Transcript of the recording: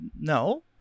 no